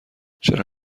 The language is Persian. چرا